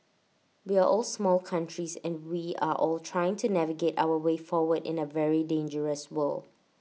we are all small countries and we are all trying to navigate our way forward in A very dangerous world